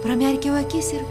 pramerkiau akis ir